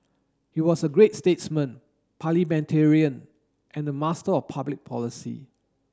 he was a great statesman parliamentarian and a master of public policy